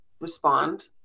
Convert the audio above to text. respond